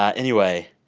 ah anyway,